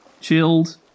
chilled